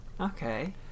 Okay